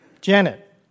Janet